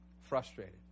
frustrated